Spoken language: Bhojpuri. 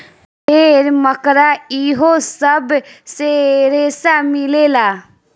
भेड़, मकड़ा इहो सब से रेसा मिलेला